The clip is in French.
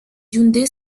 hyundai